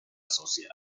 social